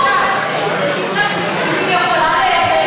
זה מונע,